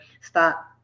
stop